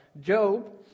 Job